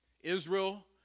Israel